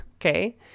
Okay